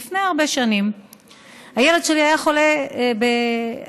שלפני הרבה שנים הילד שלי היה חולה באסתמה,